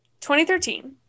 2013